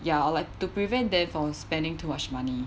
ya or like to prevent them from spending too much money